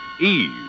Eve